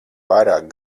pārāk